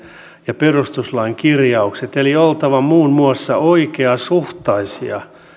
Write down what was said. ja perustuslain kirjaukset eli oltava muun muassa oikeasuhtaisia